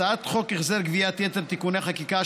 הצעת חוק החזרת גביית יתר (תיקוני חקיקה),